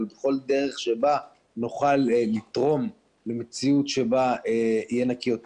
אבל בכל דרך שנוכל לתרום למציאות שבה יהיה נקי יותר,